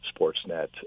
Sportsnet